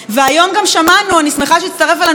אני שמחה שהצטרף אלינו חבר הכנסת אמסלם,